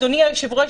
אדוני היושב-ראש,